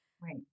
Right